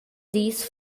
dis